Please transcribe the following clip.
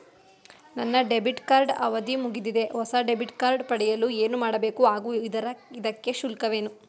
ನನ್ನ debit card ಅವಧಿ ಮುಗಿದಿದೆ ಹೊಸ ಡೆಬಿಟ್ ಕಾರ್ಡ್ ಪಡೆಯಲು ಏನು ಮಾಡಬೇಕು ಹಾಗೂ ಇದಕ್ಕೆ ಶುಲ್ಕವೇನು?